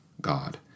God